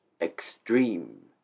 Extreme